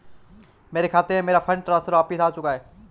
मेरे खाते में, मेरा फंड ट्रांसफर वापस आ चुका है